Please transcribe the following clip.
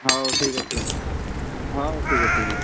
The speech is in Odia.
ହଉ ଠିକ ଅଛି ହଉ ଠିକ ଅଛି ହଁ